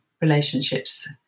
relationships